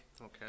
Okay